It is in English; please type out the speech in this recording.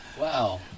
Wow